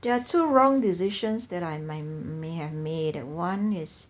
there are two wrong decisions that I mi~ may have made and one is